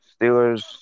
Steelers